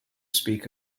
speak